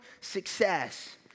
success